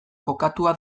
kokatua